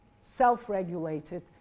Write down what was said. self-regulated